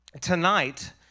tonight